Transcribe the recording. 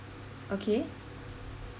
okay